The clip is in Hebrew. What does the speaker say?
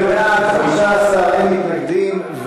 בעד, 15, אין מתנגדים.